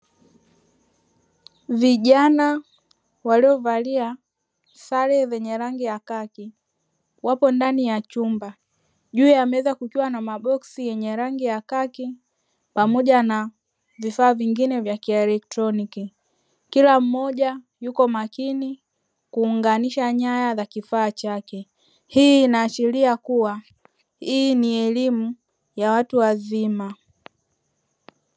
Vijana waliovalia sare zenye rangi ya kaki wapo ndani ya chumba juu ya meza kukiwa na maboksi yenye rangi ya kaki pamoja na vifaa vingine vya kielektroniki, kila mmoja yuko makini kuunganisha nyaya za kifaa chake hii inaashiria kuwa hii ni elimu ya watu wazima.